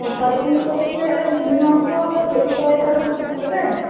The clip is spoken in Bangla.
অপারেশন করতে মিনিমাম তো চল্লিশ হাজার টাকার মতো পরবে